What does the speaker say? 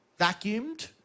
vacuumed